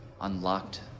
unlocked